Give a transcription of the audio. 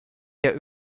der